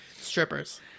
Strippers